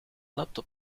laptop